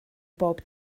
bob